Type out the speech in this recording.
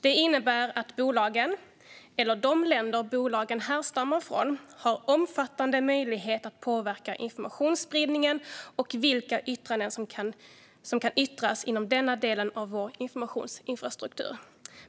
Det innebär att bolagen eller de länder som bolagen härstammar från har omfattande möjligheter att påverka informationsspridningen och vilka yttranden som kan framföras inom denna del av vår informationsinfrastruktur.